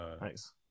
Nice